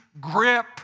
grip